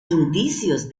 indicios